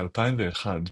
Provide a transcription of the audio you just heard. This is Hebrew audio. ב-2001,